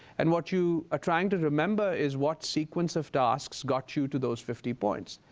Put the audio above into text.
and what you are trying to remember is what sequence of tasks got you to those fifty points.